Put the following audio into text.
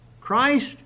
Christ